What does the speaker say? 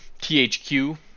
THQ